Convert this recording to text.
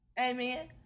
amen